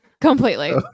Completely